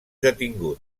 detingut